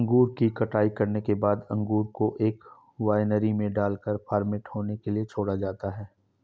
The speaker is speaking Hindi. अंगूर की कटाई करने के बाद अंगूर को एक वायनरी में डालकर फर्मेंट होने के लिए छोड़ा जाता है